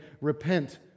repent